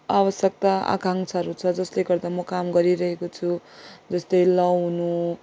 आवश्यकता आकाङ्क्षाहरू छ जसले गर्दा म काम गरिरहेको छु जस्तै लगाउनु